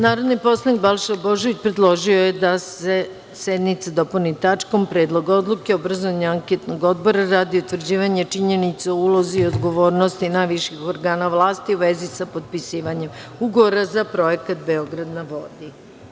Narodni poslanik Balša Božović predložio je da se dnevni red sednice dopuni tačkom – Predlog odluke o obrazovanju Anketnog odbora radi utvrđivanja činjenica o ulozi i odgovornosti najviših organa vlasti u vezi sa potpisivanjem Ugovora za projekat „Beograd na vodi“